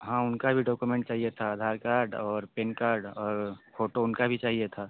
हाँ उनका भी डॉक्यूमेंट चाहिए था आधार कार्ड और पैन कार्ड और फोटो उनका भी चाहिए था